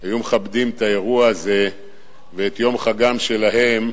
היו מכבדים את האירוע הזה ואת יום חגם שלהם,